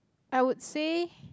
I would say